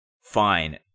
fine